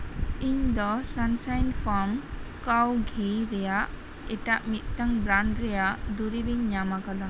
ᱤᱧ ᱫᱚ ᱥᱟᱱ ᱥᱟᱭᱤᱱ ᱯᱷᱨᱚᱢ ᱠᱟᱣᱜᱷᱤ ᱨᱮᱭᱟᱜ ᱮᱴᱟᱜ ᱢᱤᱫᱴᱟᱝ ᱵᱨᱟᱱᱰ ᱨᱮᱭᱟᱜ ᱫᱩᱨᱤᱵ ᱤᱧ ᱧᱟᱢ ᱟᱠᱟᱫᱟ